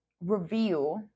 reveal